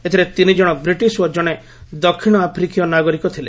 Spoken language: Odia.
ଏଥିରେ ତିନି ଜଣ ବ୍ରିଟିଶ୍ ଓ ଜଣେ ଦକ୍ଷିଣ ଆଫ୍ରିକୀୟ ନାଗରିକ ଥିଲେ